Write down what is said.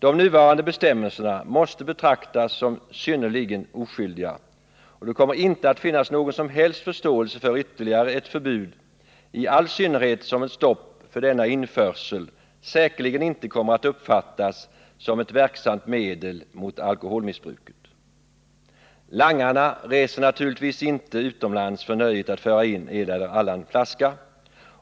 De nuvarande bestämmelserna måste betraktas som synnerligen oskyldiga, och det kommer inte att finnas någon som helst förståelse för ytterligare ett förbud, i all synnerhet som ett stopp för denna införsel säkerligen inte kommer att uppfattas som ett verksamt medel mot alkoholmissbruket. Langarna reser naturligtvis inte utomlands för nöjet att föra in en eller annan flaska.